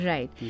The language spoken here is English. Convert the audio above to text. Right